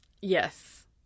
Yes